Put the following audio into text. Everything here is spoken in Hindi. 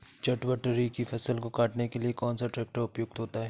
चटवटरी की फसल को काटने के लिए कौन सा ट्रैक्टर उपयुक्त होता है?